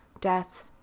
death